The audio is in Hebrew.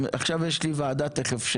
עכשיו יש לי וועדה תכף,